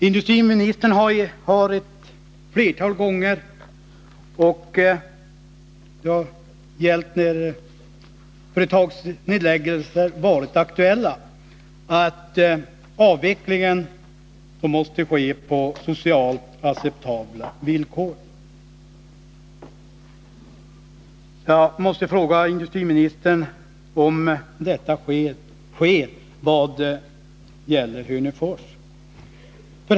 Industriministern har ett flertal gånger då företagsnedläggelser har varit aktuella sagt att avvecklingen måste ske på socialt acceptabla villkor. Jag måste fråga industriministern om detta är fallet vad gäller Hörnefors.